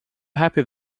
happy